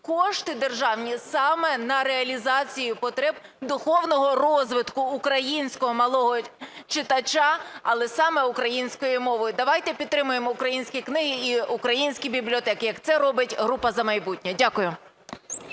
кошти державні саме на реалізацію потреб духовного розвитку українського малого читача, але саме українською мовою. Давайте підтримаємо українські книги і українські бібліотеки, як це робить група "За майбутнє". Дякую.